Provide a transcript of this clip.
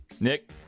Nick